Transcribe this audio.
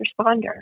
responder